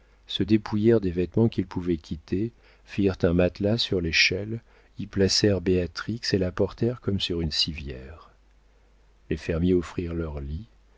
se dépouillèrent des vêtements qu'ils pouvaient quitter firent un matelas sur l'échelle y placèrent béatrix et la portèrent comme sur une civière les fermiers offrirent leur lit